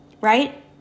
Right